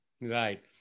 Right